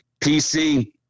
PC